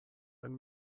ein